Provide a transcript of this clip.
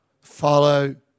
follow